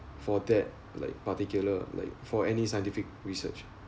for that like particular like for any scientific research